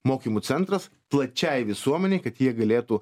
mokymų centras a plačiai visuomenei kad jie galėtų